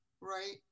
right